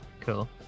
cool